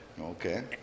Okay